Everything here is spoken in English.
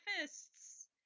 fists